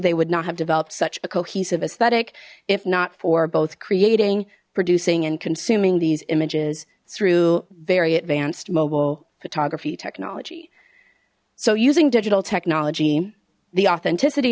they would not have developed such a cohesive aesthetic if not for both creating producing and consuming these images through very advanced mobile photography technology so using digital technology the authenticity